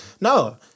No